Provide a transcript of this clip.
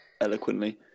eloquently